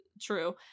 true